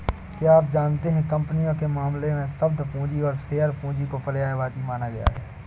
क्या आप जानते है कंपनियों के मामले में, शब्द पूंजी और शेयर पूंजी को पर्यायवाची माना गया है?